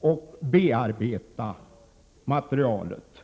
och bearbeta materialet.